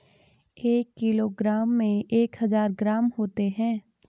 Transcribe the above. एक किलोग्राम में एक हजार ग्राम होते हैं